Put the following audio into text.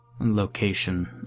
Location